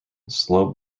slow